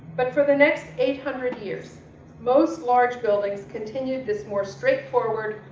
but for the next eight hundred years most large buildings continued this more straightforward,